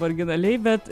originaliai bet